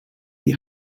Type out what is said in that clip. die